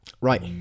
right